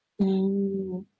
mm